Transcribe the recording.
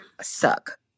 suck